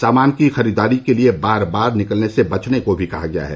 सामान की खरीददारी के लिए बार बाहर निकलने से बचने को भी कहा गया है